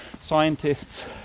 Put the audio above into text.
scientists